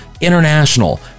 International